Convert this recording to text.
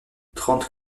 trente